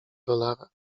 dolara